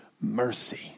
mercy